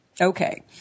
Okay